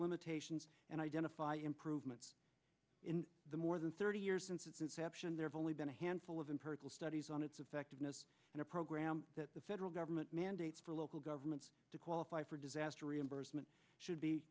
limitations and identify improvements in the more than thirty years since its inception there's only been a handful of them purple studies on its effectiveness and a program that the federal government mandates for local governments to qualify for disaster reimbursement should be